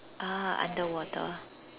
uh underwater